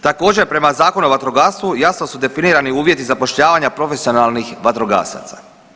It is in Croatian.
Također prema Zakonu o vatrogastvu jasno su definirani uvjeti zapošljavanja profesionalnih vatrogasaca.